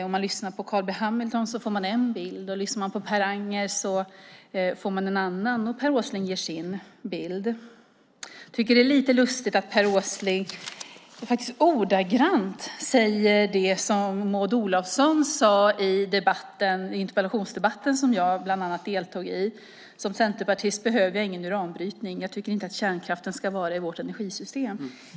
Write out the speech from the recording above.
Om man lyssnar på Carl B Hamilton får man en bild, om man lyssnar på Staffan Anger får man en annan bild, och Per Åsling ger sin bild. Det är lite lustigt att Per Åsling ordagrant säger det som Maud Olofsson sade i den interpellationsdebatt som bland annat jag deltog i: Som centerpartist behöver jag ingen uranbrytning. Jag tycker inte att kärnkraften ska vara i vårt energisystem.